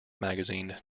magazine